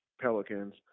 Pelicans